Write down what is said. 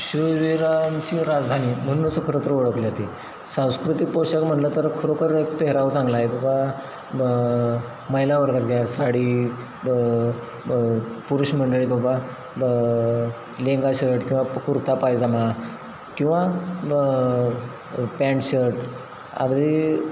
शूरवीरांची राजधानी म्हणून असं खरं तर ओळखले जाते सांस्कृतिक पोषाख म्हटलं तर खरोखर पेहराव चांगलाय बाबा महिलावर्गाचं घ्या साडी पुरुष मंडळी बाबा लेहंगा शर्ट किंवा कुर्ता पायजामा किंवा पॅन्ट शर्ट अगदी